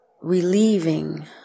relieving